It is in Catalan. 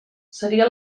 seria